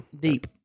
Deep